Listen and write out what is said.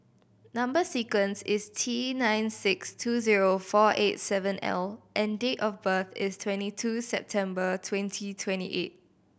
number sequence is T nine six two zero four eight seven L and date of birth is twenty two September twenty twenty eight